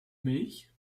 milch